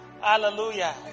Hallelujah